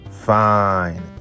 fine